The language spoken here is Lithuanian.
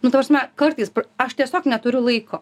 nu ta prasme kartais aš tiesiog neturiu laiko